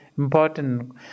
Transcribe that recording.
important